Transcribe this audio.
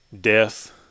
death